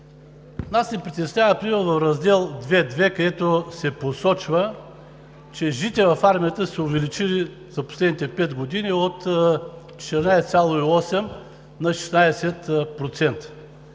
Нас ни притеснява примерно Раздел II, където се посочва, че жените в армията са се увеличили през последните пет години от 14,8% на 16%.